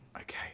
Okay